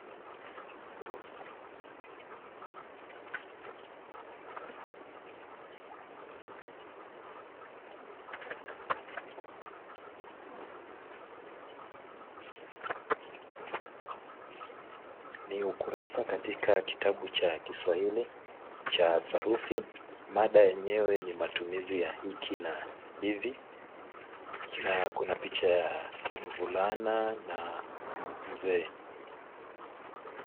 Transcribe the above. Ni ukurasa katika kitabu cha kiswahili cha sarufi mada yenyewe ni matumizi ya hiki na hivi na kuna picha ya mfulana na mzee.